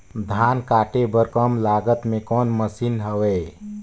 धान काटे बर कम लागत मे कौन मशीन हवय?